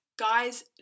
Guys